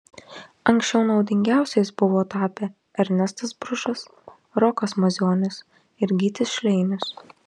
anksčiau naudingiausiais buvo tapę ernestas bružas rokas mažionis ir gytis šleinius